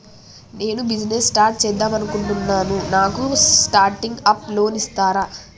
నేను business start చేద్దామనుకుంటున్నాను నాకు స్టార్టింగ్ అప్ లోన్ ఇస్తారా?